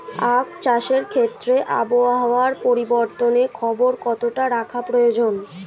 আখ চাষের ক্ষেত্রে আবহাওয়ার পরিবর্তনের খবর কতটা রাখা প্রয়োজন?